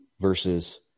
versus